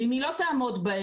ואם היא לא תעמוד בהם,